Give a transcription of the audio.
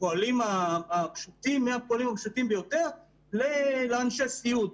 מהפועלים הפשוטים ביותר לאנשי סיעוד.